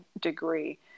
degree